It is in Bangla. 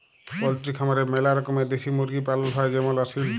পল্ট্রি খামারে ম্যালা রকমের দেশি মুরগি পালন হ্যয় যেমল আসিল